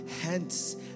Hence